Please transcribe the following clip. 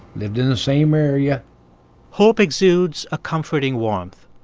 lived in the same area hope exudes a comforting warmth.